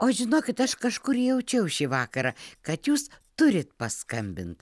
o žinokit aš kažkur jaučiau šį vakarą kad jūs turit paskambint